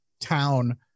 town